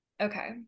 okay